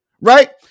right